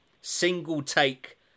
single-take